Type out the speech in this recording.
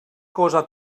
cosa